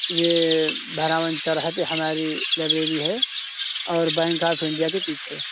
ये भरावन चरहद हमारी लाइब्रेरी है और बैंक ऑफ इंडिया के पीछे